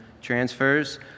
transfers